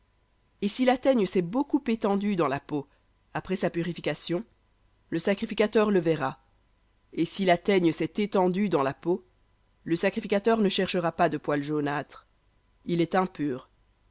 et si la teigne s'est beaucoup étendue dans la peau après sa purification le sacrificateur le verra et si la teigne s'est étendue dans la peau le sacrificateur ne cherchera pas de poil jaunâtre il est impur